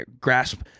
grasp